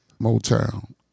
Motown